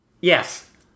Yes